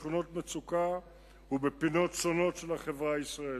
בשכונות מצוקה ובפינות שונות של החברה הישראלית.